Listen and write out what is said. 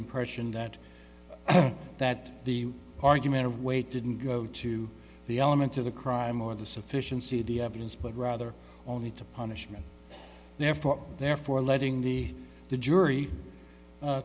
impression that that the argument of weight didn't go to the element to the crime or the sufficiency of the evidence but rather only to punishment therefore therefore letting the the jury